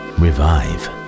revive